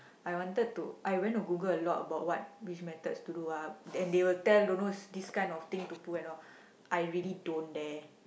I wanted to I went to Google a lot about what which methods to do ah and they will tell dunno which this kind of thing to put and all I really don't dare